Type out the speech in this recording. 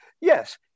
yes